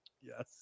yes